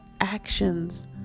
actions